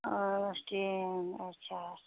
آ کِہیٖنٛۍ نہٕ اَچھا